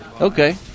Okay